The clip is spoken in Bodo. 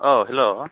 औ हेल्ल'